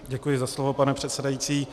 Děkuji za slovo, pane předsedající.